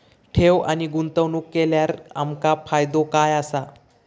ठेव आणि गुंतवणूक केल्यार आमका फायदो काय आसा?